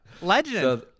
Legend